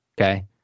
okay